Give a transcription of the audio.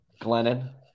Glennon